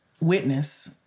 witness